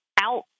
out